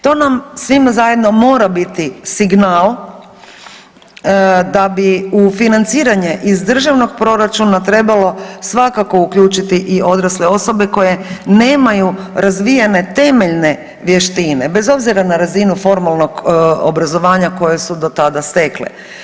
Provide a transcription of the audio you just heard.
To nam svima zajedno mora biti signal da bi u financiranje iz državnog proračuna trebalo svakako uključiti i odrasle osobe koje nemaju razvijene temeljne vještine bez obzira na razinu formalnog obrazovanja koje su do tada stekle.